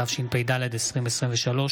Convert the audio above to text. התשפ"ד 2023,